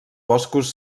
boscos